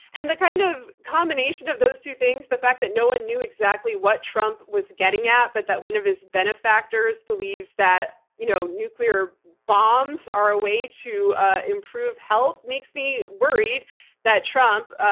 and the kind of combination of those two things, the fact that no one knew exactly what trump was getting at, but that one of his benefactors believes that you know nuclear bombs are a way to improve health makes me worried that trump, ah